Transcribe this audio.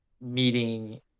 meeting